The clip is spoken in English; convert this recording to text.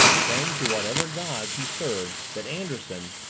praying to whatever gods he served that anderson,